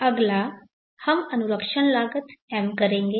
अगला हम अनुरक्षण लागत M करेंगे